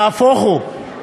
נהפוך הוא.